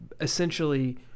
essentially